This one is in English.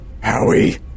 Howie